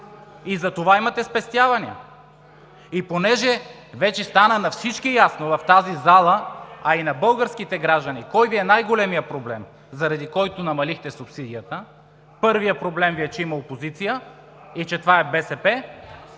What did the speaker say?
И затова имате спестявания. Вече на всички в тази зала стана ясно, а и на българските граждани – кой Ви е най-големият проблем, заради който намалихте субсидията. Първият проблем Ви е, че има опозиция и че това е БСП,